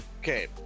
okay